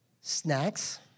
snacks